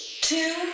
two